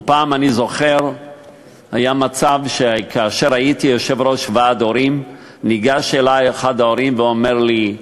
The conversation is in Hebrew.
אני זוכר שכשהייתי יושב-ראש ועד הורים ניגש אלי אחד ההורים ואמר לי: